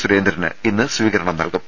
സുരേന്ദ്രന് ഇന്ന് സ്വീകരണം നൽകും